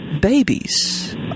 babies